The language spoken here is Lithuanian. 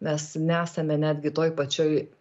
mes nesame netgi toj pačioj